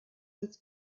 with